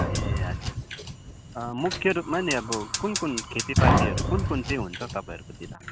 ए अच्छा अच्छा मुख्य रूपमा नि अब कुन कुन खेतीपातीहरू कुन कुन चाहिँ हुन्छ तपाईँहरूकोतिर